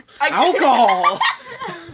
Alcohol